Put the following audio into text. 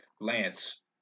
Lance